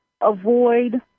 avoid